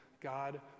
God